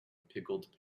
pickled